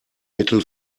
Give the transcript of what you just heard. mittel